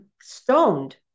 stoned